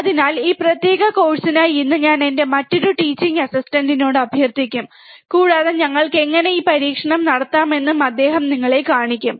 അതിനാൽ ഈ പ്രത്യേക കോഴ്സിനായി ഇന്ന് ഞാൻ എന്റെ മറ്റൊരു ടീച്ചിംഗ് അസിസ്റ്റന്റിനോട് അഭ്യർത്ഥിക്കും കൂടാതെ ഞങ്ങൾക്ക് എങ്ങനെ ഈ പരീക്ഷണം നടത്താമെന്ന് അദ്ദേഹം നിങ്ങളെ കാണിക്കും